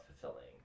fulfilling